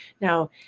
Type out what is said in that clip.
Now